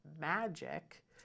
magic